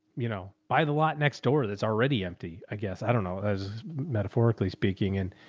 you know, buy the lot next door. that's already empty, i guess. i dunno as metaphorically speaking and,